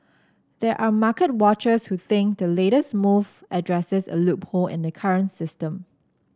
there are market watchers who think the latest move addresses a loophole in the current system